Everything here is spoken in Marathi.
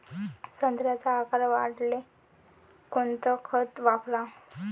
संत्र्याचा आकार वाढवाले कोणतं खत वापराव?